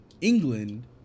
England